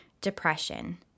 depression